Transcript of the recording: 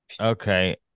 Okay